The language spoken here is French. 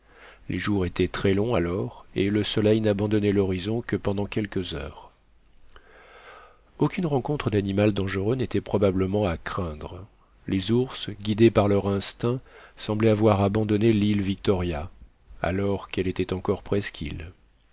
les jours étaient très longs alors et le soleil n'abandonnait l'horizon que pendant quelques heures aucune rencontre d'animal dangereux n'était probablement à craindre les ours guidés par leur instinct semblaient avoir abandonné l'île victoria alors qu'elle était encore presqu'île